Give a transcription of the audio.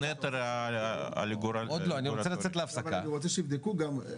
אני רוצה שיבדקו גם,